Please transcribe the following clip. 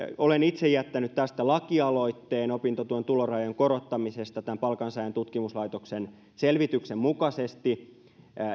olen itse jättänyt lakialoitteen opintotuen tulorajojen korottamisesta palkansaajien tutkimuslaitoksen selvityksen mukaisesti